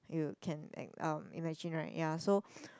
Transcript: you can act out imagine right ya so